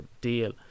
deal